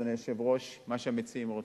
אדוני היושב-ראש, מה שהמציעים רוצים.